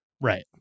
Right